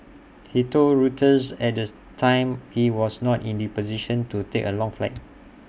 he told Reuters at this time he was not in the position to take A long flight